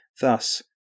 Thus